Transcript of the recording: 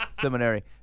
Seminary